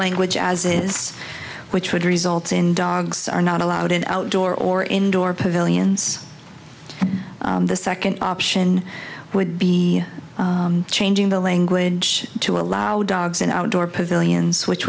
language as it is which would result in dogs are not allowed in outdoor or indoor ince the second option would be changing the language to allow dogs in outdoor pavilions which